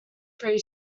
three